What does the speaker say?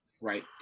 right